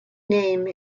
name